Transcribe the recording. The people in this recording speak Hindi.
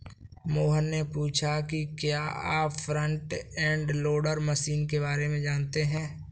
मोहन ने पूछा कि क्या आप फ्रंट एंड लोडर मशीन के बारे में जानते हैं?